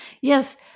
Yes